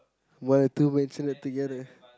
one or two mentionate together